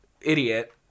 idiot